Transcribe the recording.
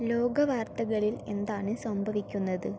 ലോക വാർത്തകളിൽ എന്താണ് സംഭവിക്കുന്നത്